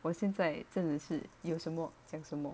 我现在真的是有什么讲什么